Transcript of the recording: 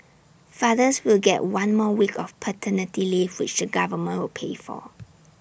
fathers will get one more week of paternity leave which the government will pay for